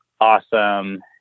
awesome